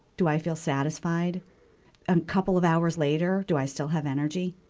do i feel satisfied a couple of hours later? do i still have energy?